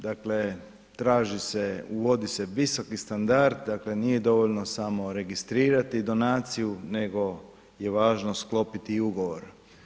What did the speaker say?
Dakle, traži se, uvodi se visoki standard, dakle, nije dovoljno samo registrirati donaciju, nego i lažno sklopiti ugovor.